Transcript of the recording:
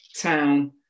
town